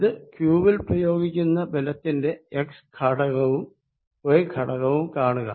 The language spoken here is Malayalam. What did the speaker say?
ഇത് q വിൽ പ്രയോഗിക്കുന്ന ബലത്തിന്റെ x ഘടകവും y ഘടകവും കാണുക